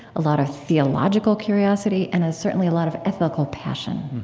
a lot of theological curiosity, and certainly a lot of ethical passion.